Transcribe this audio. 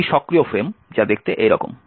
একটি সক্রিয় ফ্রেম যা দেখতে এইরকম